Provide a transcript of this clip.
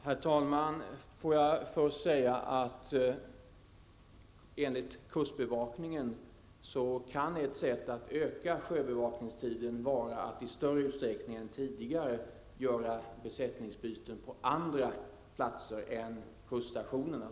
Herr talman! Enligt kustbevakningen kan ett sätt att öka sjöbevakningstiden vara att i större utsträckning än tidigare göra besättningsbyten på andra platser än kuststationerna.